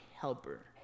helper